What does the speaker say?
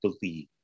believe